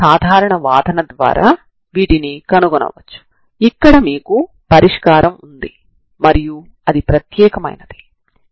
ఈ వ్యత్యాసం కూడా ఇచ్చిన సరిహద్దు విలువ కలిగిన సమస్యను సంతృప్తి పరుస్తుంది